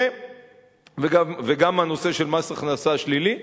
וגם הנושא של מס הכנסה שלילי.